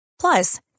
Plus